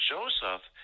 Joseph